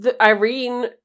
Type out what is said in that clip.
Irene